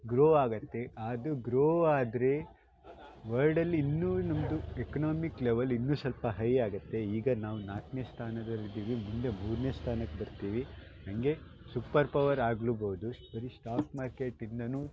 grow ಆಗುತ್ತೆ ಅದು grow ಆದರೆ ವಲ್ಡಲ್ಲಿ ಇನ್ನೂ ನಮ್ಮದು ಎಕನಾಮಿಕ್ ಲೆವಲ್ ಇನ್ನೂ ಸ್ವಲ್ಪ ಹೈ ಆಗುತ್ತೆ ಈಗ ನಾವು ನಾಲ್ಕನೇ ಸ್ಥಾನದಲ್ಲಿದ್ದೀವಿ ಮುಂದೆ ಮೂರನೇ ಸ್ಥಾನಕ್ಕೆ ಬರ್ತೀವಿ ಹಂಗೆ ಸುಪ್ಪರ್ ಪವರ್ ಆಗಲೂಬಹ್ದು ಸ್ ಬರೀ ಸ್ಟಾಕ್ ಮಾರ್ಕೆಟಿಂದನೂ